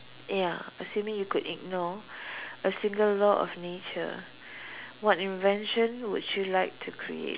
ya assuming you could ignore a single law of nature what invention would you like to create